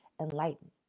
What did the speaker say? enlightened